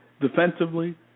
defensively